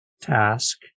task